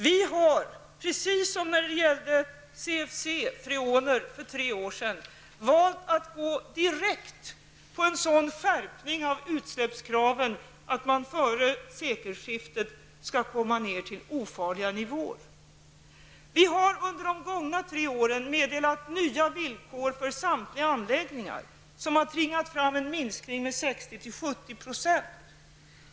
Vi har, precis som när det gällde CFC, freoner, för tre år sedan, valt att gå direkt på en sådan skärpning av utsläppskraven att man före sekelskiftet skall komma ner till ofarliga nivåer. Vi har under de gångna tre åren meddelat nya villkor för samtliga anläggningar, och detta har tvingat fram en minskning av utsläppen med 60--70 %.